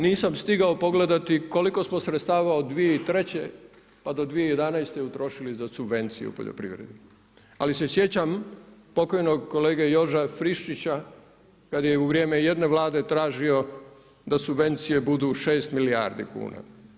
Nisam stigao pogledati koliko smo sredstava od 2003. pa do 2011. utrošili za subvenciju u poljoprivredi ali se sjećam pokojnog kolege Jože Friščića kad je u vrije jedne Vlade tražio da subvencije budu 6 milijardi kuna.